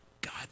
God